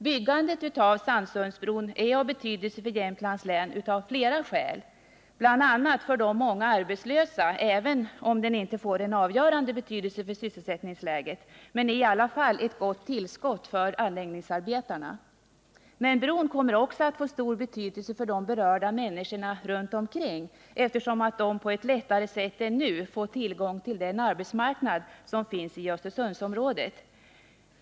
Byggandet av Sannsundsbron är av betydelse för Jämtlands län av flera skäl, bl.a. för de många arbetslösa, även om den inte får någon avgörande betydelse för sysselsättningsläget. Bron innebär i alla fall ett gott tillskott för anläggningsarbetarna. Men den kommer också att få stor betydelse för de berörda människorna runt omkring, eftersom de lättare än nu får tillgång till den arbetsmarknad som finns i Östersundsområdet.